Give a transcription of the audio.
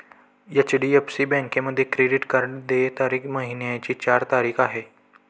HDFC बँकेमध्ये credit card देय तारीख महिन्याची चार तारीख आहे